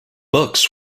books